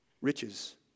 riches